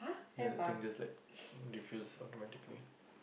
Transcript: then the thing just like refills automatically